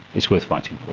it's worth fighting for.